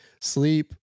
sleep